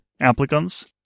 applicants